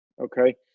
okay